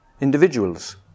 individuals